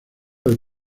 del